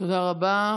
תודה רבה.